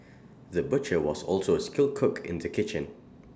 the butcher was also A skilled cook in the kitchen